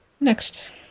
Next